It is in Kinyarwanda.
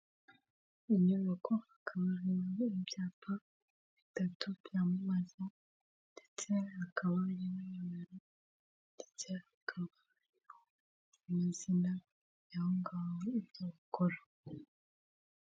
Inyubako hakaba harimo ibyapa bitatu byamamaza ndetse hakaba harimo nimero ndetse hakaba hariho n'amazina y'aho ngaho ibyo bakora.